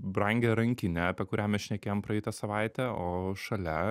brangią rankinę apie kurią mes šnekėjom praeitą savaitę o šalia